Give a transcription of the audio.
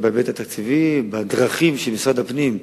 בהיבט התקציבי ובדרכים של משרד הפנים,